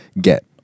get